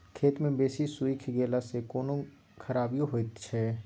खेत मे बेसी सुइख गेला सॅ कोनो खराबीयो होयत अछि?